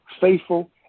Faithful